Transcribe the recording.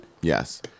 Yes